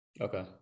Okay